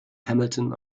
hamilton